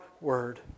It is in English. word